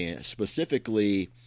specifically